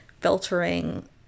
filtering